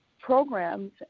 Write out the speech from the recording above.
programs